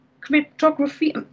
cryptography